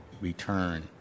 return